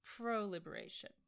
pro-liberation